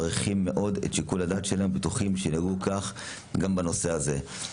מעריכים מאוד את שיקול הדעת שלהם ובטוחים שינהגו כך גם בנושא הזה.